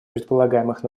предполагаемых